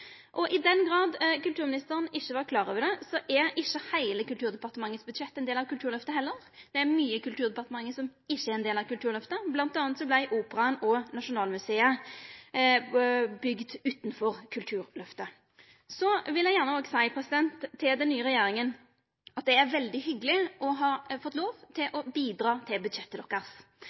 Kulturløftet. I den grad kulturministeren ikkje var klar over det, er ikkje heile Kulturdepartementets budsjett ein del av Kulturløftet heller. Det er mykje i Kulturdepartementet som ikkje er ein del av Kulturløftet. Blant anna vart Operaen og Nasjonalmuseet bygde utanfor Kulturløftet. Så vil eg gjerne òg seia til den nye regjeringa at det er veldig hyggeleg å ha fått lov til å bidra til